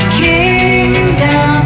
kingdom